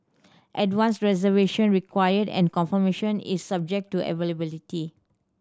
advance reservation required and confirmation is subject to availability